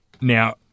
Now